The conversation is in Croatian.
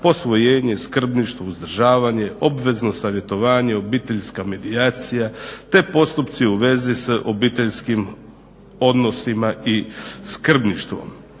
posvojenje, skrbništvo, uzdržavanje, obvezno savjetovanje, obiteljska medijacija, te postupci u vezi s obiteljskim odnosima i skrbništvom.